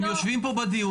הם יושבים פה בדיון,